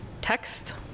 Text